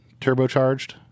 turbocharged